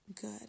good